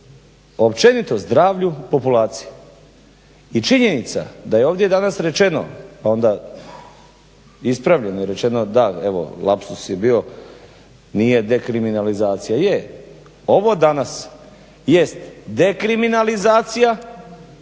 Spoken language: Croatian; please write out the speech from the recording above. općenito zdravlju u populaciji. I činjenica da je ovdje danas rečeno pa onda ispravljeno, rečeno da, evo lapsus je bio, nije dekriminalizacija. Je, ovo danas jeste dekriminalizacija